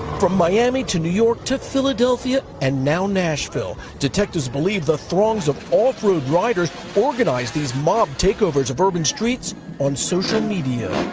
miami to new york to philadelphia, and now nashville, detectives believe the throngs of offroad riders organize these mob takeovers of urban streets on social media.